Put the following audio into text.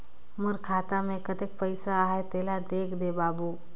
मोर खाता मे कतेक पइसा आहाय तेला देख दे बाबु?